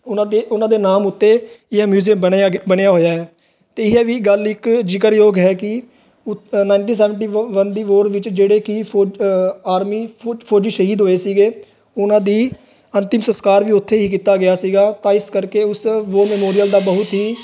ਉਹਨਾਂ ਦੇ ਉਹਨਾਂ ਦੇ ਨਾਮ ਉੱਤੇ ਇਹ ਮਿਊਜ਼ੀਅਮ ਬਣਿਆ ਗਿ ਬਣਿਆ ਹੋਇਆ ਹੈ ਅਤੇ ਇਹ ਵੀ ਗੱਲ ਇੱਕ ਜ਼ਿਕਰਯੋਗ ਹੈ ਕਿ ਉ ਨਾਈਨਟੀਨ ਸੈਵਨਟੀ ਵ ਵੰਨ ਦੀ ਵੋਰ ਵਿੱਚ ਜਿਹੜੇ ਕਿ ਫੋ ਆਰਮੀ ਫ ਫੌਜੀ ਸ਼ਹੀਦ ਹੋਏ ਸੀਗੇ ਉਹਨਾਂ ਦੀ ਅੰਤਿਮ ਸੰਸਕਾਰ ਵੀ ਉੱਥੇ ਹੀ ਕੀਤਾ ਗਿਆ ਸੀਗਾ ਤਾਂ ਇਸ ਕਰਕੇ ਉਸ ਵੋਰ ਮੈਮੋਰੀਅਲ ਦਾ ਬਹੁਤ ਹੀ